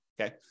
Okay